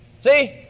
See